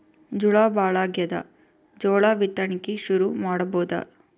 ಝಳಾ ಭಾಳಾಗ್ಯಾದ, ಜೋಳ ಬಿತ್ತಣಿಕಿ ಶುರು ಮಾಡಬೋದ?